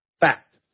Fact